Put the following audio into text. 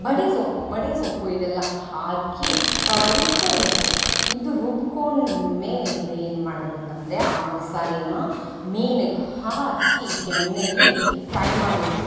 ಬಡೆಸೊಪ್ಪು ಬಡೆಸೊಪ್ಪು ಇದೆಲ್ಲ ಹಾಕಿ ರುಬ್ಕೊಳ್ಬೇಕು ಇದು ರುಬ್ಕೊಂಡು ಮೇಲೆ ಏನು ಮಾಡಬೇಕಂದರೆ ಆ ಮಸಾಲೆನ ಮೀನಿಗೆ ಹಾಕಿ ಎಣ್ಣೆಲಿ ಫ್ರೈ ಮಾಡ್ಬೇಕು